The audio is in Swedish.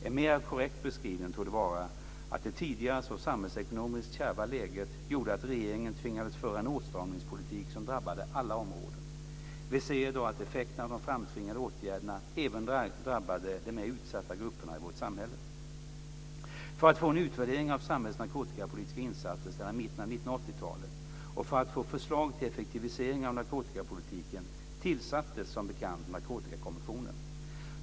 En mer korrekt beskrivning torde vara att det tidigare så samhällsekonomiskt kärva läget gjorde att regeringen tvingades föra en åtstramningspolitik som drabbade alla områden. Vi ser i dag att effekterna av de framtvingade åtgärderna även drabbade de mer utsatta grupperna i vårt samhälle. För att få en utvärdering av samhällets narkotikapolitiska insatser sedan mitten av 1980-talet och för att få förslag till effektiviseringar av narkotikapolitiken tillsattes som bekant Narkotikakommissionen.